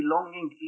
belonging